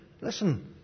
listen